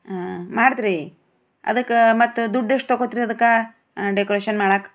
ಹಾಂ ಮಾಡ್ದ್ರೀ ಅದಕ್ಕೆ ಮತ್ತೆ ದುಡ್ಡು ಎಷ್ಟು ತೊಗೋತೀರಿ ಅದಕ್ಕೆ ಡೆಕೋರೇಷನ್ ಮಾಡಕ್ಕೆ